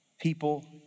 People